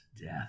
death